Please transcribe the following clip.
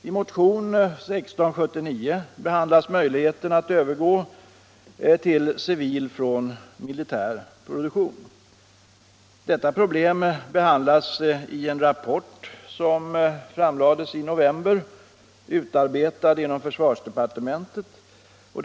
I motionen 1679 behandlas möjligheten att övergå från militär till civil produktion. Detta problem behandlas i en rapport, utarbetad av försvarsdepartementet, som framlades i november 1975.